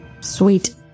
Sweet